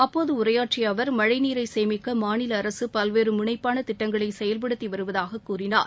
அப்போது உரையாற்றிய அவர் மழைநீரை சேமிக்க மாநில அரசு பல்வேறு முனைப்பான திட்டங்களை செயல்படுத்தி வருவதாகக் கூறினார்